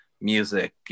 music